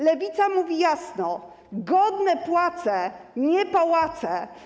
Lewica mówi jasno: godne płace, nie pałace.